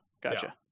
Gotcha